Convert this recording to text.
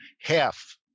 half